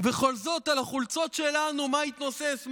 ובכל זאת על החולצות שלנו מה התנוסס,